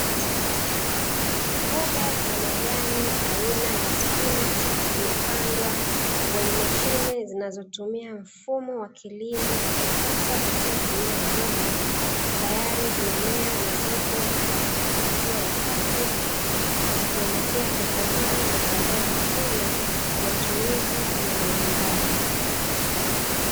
Mboga za majani aina ya spinachi zimepandwa kwenye mashine zinazotumia mfumo wa kilimo wa kisasa usiotumia udongo, tayari zimemea na zipo katika hatua ya kati, zikielekea kukomaa na baadae kuvunwa, kwa matumizi ya majumbani.